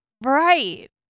Right